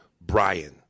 Brian